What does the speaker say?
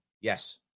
Yes